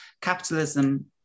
capitalism